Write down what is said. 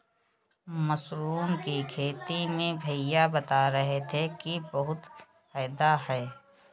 mushroom की खेती में भैया बता रहे थे कि बहुत फायदा है